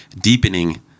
deepening